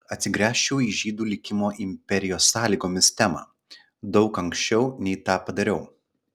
atsigręžčiau į žydų likimo imperijos sąlygomis temą daug anksčiau nei tą padariau